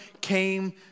came